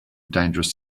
dangerous